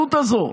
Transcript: מההתנגדות הזו.